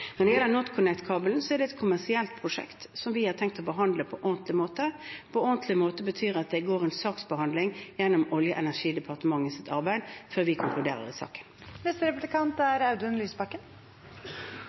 Når det gjelder NorthConnect-kabelen, er det et kommersielt prosjekt, som vi har tenkt å behandle på ordentlig måte. På ordentlig måte betyr at det går en saksbehandling gjennom Olje- og energidepartementets arbeid før vi konkluderer i saken.